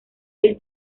del